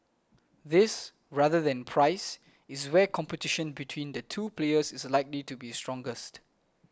this rather than price is where competition between the two players is likely to be strongest